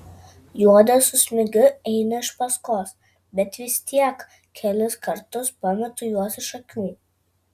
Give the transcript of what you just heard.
juodė su smigiu eina iš paskos bet vis tiek kelis kartus pametu juos iš akių